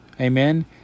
Amen